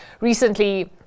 recently